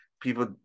people